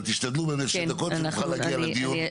אבל תשתדלו באמת 2 דקות, שנוכל להגיע לדיון.